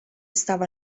stava